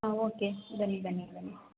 ಹಾಂ ಓಕೆ ಬನ್ನಿ ಬನ್ನಿ ಬನ್ನಿ